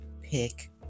pick